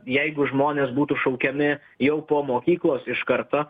jeigu žmonės būtų šaukiami jau po mokyklos iš karto